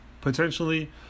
potentially